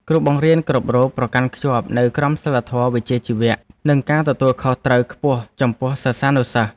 គ្រូបង្រៀនគ្រប់រូបប្រកាន់ខ្ជាប់នូវក្រមសីលធម៌វិជ្ជាជីវៈនិងការទទួលខុសត្រូវខ្ពស់ចំពោះសិស្សានុសិស្ស។